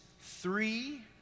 three